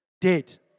Dead